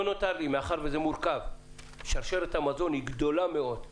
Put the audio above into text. מאחר שזה מורכב, שרשרת המזון גדולה מאוד,